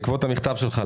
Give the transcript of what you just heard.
בעקבות המכתב שלך,